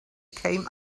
came